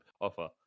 offer